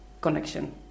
connection